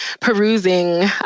perusing